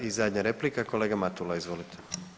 I zadnja replika, kolega Matula izvolite.